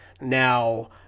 now